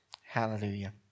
Hallelujah